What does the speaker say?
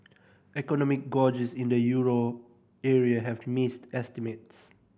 economic gauges in the euro area have missed estimates